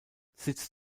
sitz